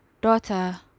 daughter